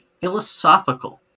philosophical